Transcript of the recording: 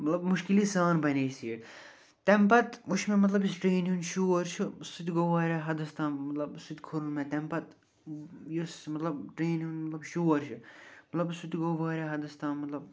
مَطلَب مُشکِلی سان بَنے یہِ سیٖٹ تمہِ پَتہٕ وُچھ مےٚ مَطلَب یُس ٹرٛینہِ ہُنٛد شور چھُ سُہ تہِ گوٚو واریاہ حَدَس تام مَطلَب سُہ تہِ کھوٚرُم مےٚ تمہِ پَتہٕ یُس مَطلَب ٹرٛینہِ ہُنٛد مَطلَب شور چھُ مَطلَب سُہ تہِ گوٚو واریاہ حَدَس تام مَطلَب